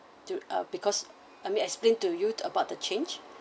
du~ uh because have them explain to you about the change